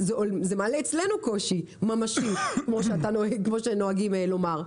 זה מעלה אצלנו קושי ממשי, כמו שנוהגים לומר.